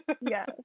yes